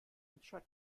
manager